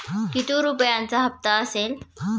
किती रुपयांचा हप्ता असेल?